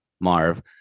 Marv